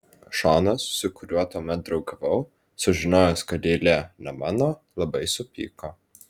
šonas su kuriuo tuomet draugavau sužinojęs kad eilė ne mano labai supyko